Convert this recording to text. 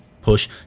Push